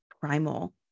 primal